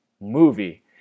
movie